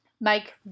make